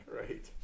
Right